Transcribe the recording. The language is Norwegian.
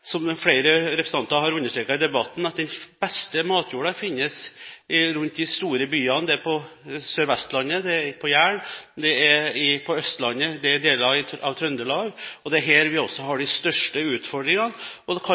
som flere representanter har understreket i debatten, at den beste matjorda finnes rundt de store byene: Det er på Sør-Vestlandet, det er på Jæren, det er på Østlandet, det er i deler av Trøndelag. Og det er også her vi har de største utfordringene – og